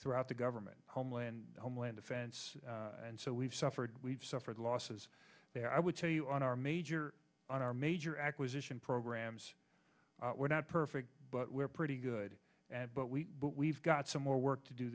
throughout the government homeland homeland defense and so we've suffered we've suffered losses there i would tell you on our major on our major acquisition programs we're not perfect but we're pretty good but we we've got some more work to do